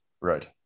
Right